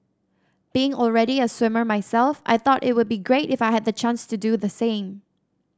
being already a swimmer myself I thought it would be great if I had the chance to do the same